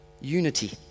unity